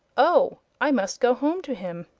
oh! i must go home to him.